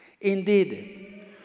Indeed